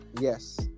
Yes